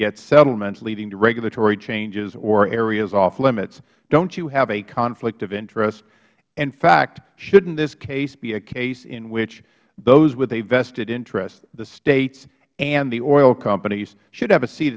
gets settlements leading to regulatory changes or areas off limits don't you have a conflict of interest in fact shouldn't this case be a case in which those with a vested interest the states and the oil companies should have a seat